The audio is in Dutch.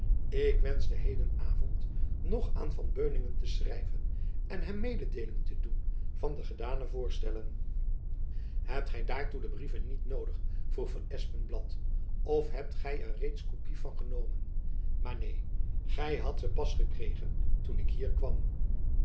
ik wenschte heden avond nog aan van beuningen te schrijven en hem mededeeling te doen van de gedane voorstellen hebt gy daartoe de brieven niet noodig vroeg van espenblad of hebt gy er reeds kopy van genomen maar neen gy hadt ze pas gekregen toen ik hier kwam